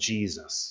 Jesus